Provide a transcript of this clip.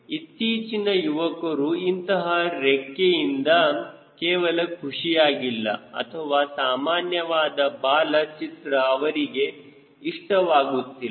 ಇತ್ತೀಚಿನ ಯುವಕರು ಇಂತಹ ರೆಕ್ಕೆಯಿಂದ ಕೇವಲ ಖುಷಿಯಾಗಿಲ್ಲ ಅಥವಾ ಸಾಮಾನ್ಯವಾದ ಬಾಲದ ಚಿತ್ರ ಅವರಿಗೆ ಇಷ್ಟವಾಗುತ್ತಿಲ್ಲ